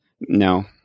No